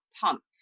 pumped